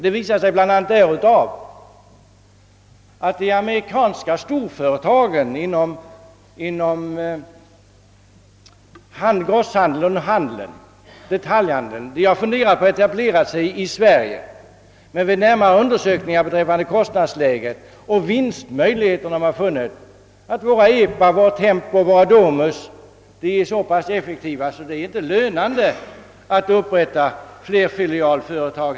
Detta visar sig bland annat däri att de amerikanska storföretagen inom grosshandeln och detaljhandeln har övervägt att etablera sig i Sverige men vid närmare undersökningar beträffande kostnadsläget och vinstmöjligheterna funnit, att våra varuhuskedjor Tempo, Epa och Domus är så pass effektiva att det inte är lönande att upprätta några nya flerfilialföretag.